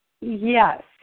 yes